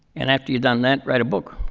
and after you've done that, write a book.